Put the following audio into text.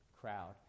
crowd